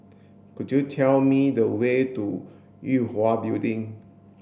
do you tell me the way to Yue Hwa Building